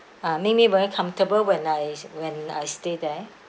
uh made me very comfortable when I when I stay there